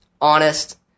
honest